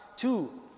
Two